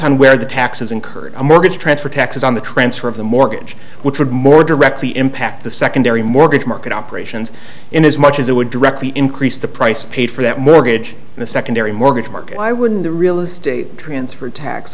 one where the taxes incurred a mortgage transfer taxes on the transfer of the mortgage which would more directly impact the secondary mortgage market operations in as much as it would correctly increase the price paid for that mortgage in a secondary mortgage market why wouldn't the real estate transfer